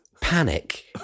panic